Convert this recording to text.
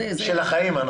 של החיים.